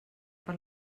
per